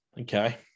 Okay